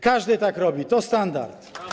Każdy tak robi, to standard.